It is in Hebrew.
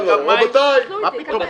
רבותי,